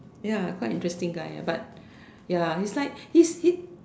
ya quite interesting guy eh but ya it's like he's he's